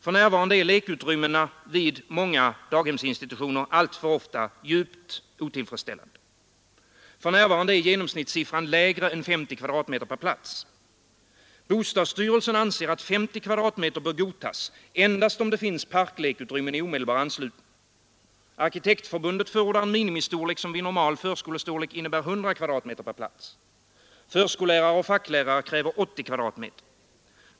För närvarande är lekutrymmena vid många daghemsinstitutioner alltför ofta djupt otillfredsställande. I dag är genomsnittssiffran lägre än 50 m? per plats. Bostadsstyrelsen anser att 50 m? bör godtas endast om det finns parklekutrymmen i omedelbar anslutning. Arkitektförbundet förordar en minimistorlek som vid normal förskolestorlek innebär 100 m? per plats. Förskollärare och facklärare kräver 80 m?.